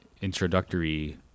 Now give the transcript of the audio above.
introductory